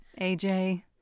AJ